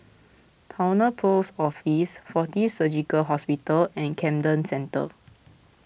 Towner Post Office fortis Surgical Hospital and Camden Centre